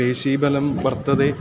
देशीबलं वर्तते